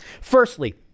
Firstly